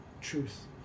truth